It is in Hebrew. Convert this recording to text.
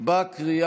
אף הוא